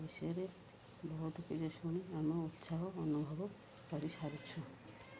ବିଷୟରେ ବହୁତ ଆମେ ଉତ୍ସାହ ଅନୁଭବ କରି ସାରିଛୁ